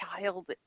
child